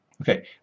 Okay